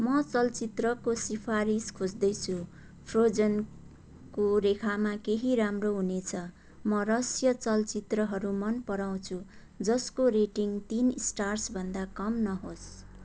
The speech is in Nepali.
म चलचित्रको सिफारिस खोज्दैछु फ्रोजनको रेखामा केही राम्रो हुनेछ म रहस्य चलचित्रहरू मन पराउँछु जसको रेटिङ तिन स्टार्सभन्दा कम नहोस्